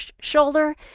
shoulder